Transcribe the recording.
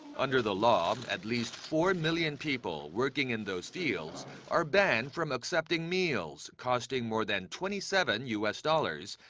under the law. at least four million people working in those fields are banned from accepting meals costing more than twenty seven u s. dollars.